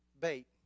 bait